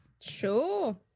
Sure